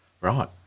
Right